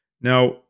Now